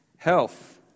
Health